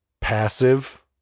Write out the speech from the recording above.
passive